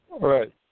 Right